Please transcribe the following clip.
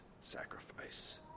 sacrifice